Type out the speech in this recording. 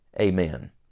Amen